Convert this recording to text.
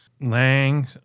Lang